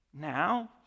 now